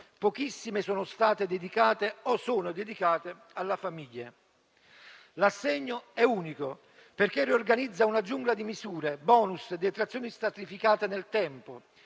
pochissime sono state dedicate o sono dedicate alla famiglia. L'assegno è unico, perché riorganizza una giungla di misure, *bonus*, detrazioni stratificate nel tempo.